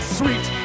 sweet